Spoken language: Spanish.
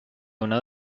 una